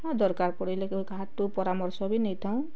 ହଁ ଦରକାର ପଡ଼ିଲେ କାହାଠୁ ପରାମର୍ଶ ବି ନେଇଥାଉ